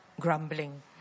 grumbling